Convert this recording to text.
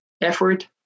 effort